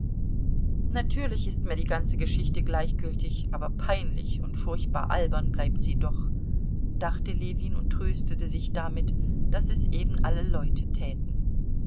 natürlich ist mir die ganze geschichte gleichgültig aber peinlich und furchtbar albern bleibt sie doch dachte ljewin und tröstete sich damit daß es eben alle leuten täten